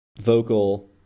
vocal